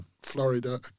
Florida